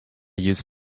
use